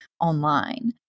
online